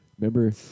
Remember